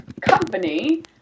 company